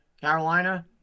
Carolina